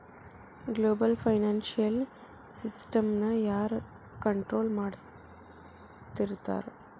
Global financial ಸಿಸ್ಟಮ್ನ ಯಾರ್ control ಮಾಡ್ತಿರ್ತಾರ?